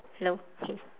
hello okay